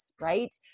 right